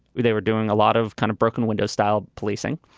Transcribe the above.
where they were doing a lot of kind of broken window style policing.